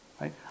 Right